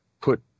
put